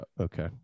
okay